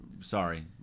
sorry